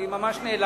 אני ממש נעלבתי.